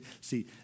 see